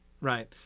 right